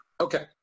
Okay